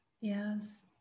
Yes